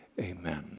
Amen